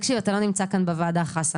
חסן, אתה לא נמצא בוועדה כאן.